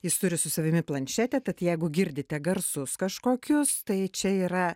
jis turi su savimi planšetę tad jeigu girdite garsus kažkokius tai čia yra